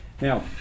Now